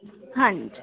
ਹਾਂਜੀ